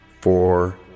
four